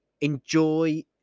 enjoy